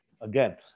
Again